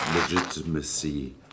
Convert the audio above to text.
legitimacy